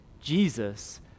Jesus